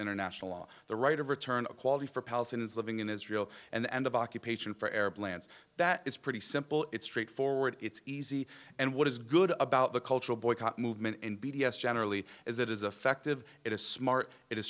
international law the right of return of quality for palestinians living in israel and the end of occupation for arab lands that is pretty simple it's straightforward it's easy and what is good about the cultural boycott movement in b d s generally is it is affective it is smart